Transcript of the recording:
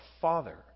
Father